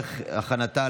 נתקבלה.